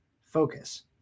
focus